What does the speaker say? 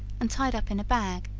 and tied up in a bag,